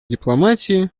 дипломатии